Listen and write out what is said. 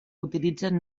utilitzen